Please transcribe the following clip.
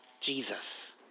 Jesus